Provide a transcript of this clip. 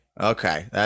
okay